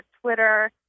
Twitter